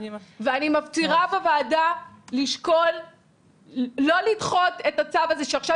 אני מפצירה בוועדה לשקול לא לדחות את הצו הזה שעכשיו